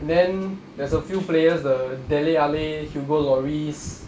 then there's a few players the dele alli hugo lloris